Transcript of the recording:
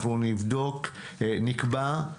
אנחנו נקבע דיון.